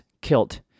kilt